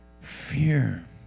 Fear